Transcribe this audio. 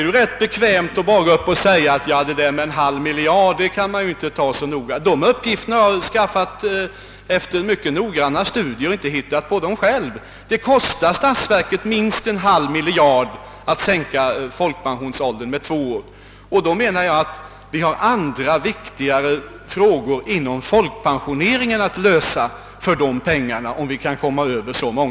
Det är bekvämt att bara gå upp och säga: »Ja, det där med kostnader på en halv miljard, det kan man inte ta så noga.» De uppgifterna har jag skaffat efter mycket noggranna studier, jag har inte hittat på dem själv. Det kostar statsverket minst en halv miljard kronor att sänka folkpensionsåldern med två år. Då menar jag att vi har andra viktiga frågor inom folkpensioneringen att lösa med hjälp av de pengarna, om vi kan komma över den summan.